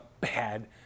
bad